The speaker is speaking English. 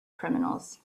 criminals